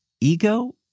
ego